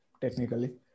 Technically